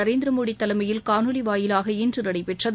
நரேந்திரமோடி தலைமையில் காணொலி வாயிலாக இன்று நடைபெற்றது